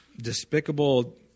despicable